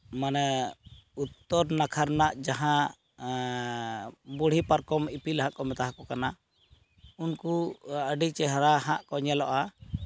ᱢᱟᱱᱮ ᱩᱛᱛᱚᱨ ᱱᱟᱠᱷᱟ ᱨᱮᱱᱟᱜ ᱡᱟᱦᱟᱸ ᱵᱩᱲᱦᱤ ᱯᱟᱨᱠᱚᱢ ᱤᱯᱤᱞ ᱦᱟᱸᱜ ᱠᱚ ᱢᱮᱛᱟ ᱦᱟᱠᱚ ᱠᱟᱱᱟ ᱩᱱᱠᱩ ᱟᱹᱰᱤ ᱪᱮᱦᱨᱟ ᱦᱟᱸᱜ ᱠᱚ ᱧᱮᱞᱚᱜᱼᱟ